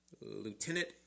Lieutenant